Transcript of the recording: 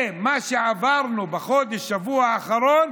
מה שעברנו בחודש, בשבוע האחרון,